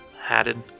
hatted